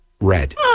red